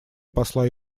посла